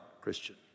Christian